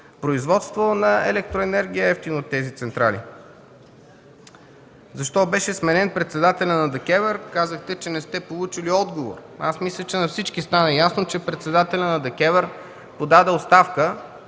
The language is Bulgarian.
производство на електроенергия е евтино от тези централи. Защо беше сменен председателят на ДКЕВР? Казахте, че не сте получили отговор. Аз мисля, че на всички стана ясно, че председателят на ДКЕВР подава оставка,